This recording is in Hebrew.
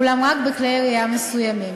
אולם רק בכלי ירייה מסוימים.